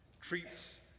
treats